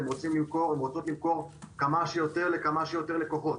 הן רוצות למכור כמה שיותר לכמה שיותר לקוחות.